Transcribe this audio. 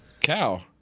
Cow